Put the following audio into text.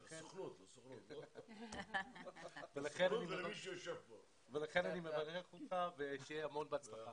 ולכן, אני מברך אותך ושיהיה המון בהצלחה.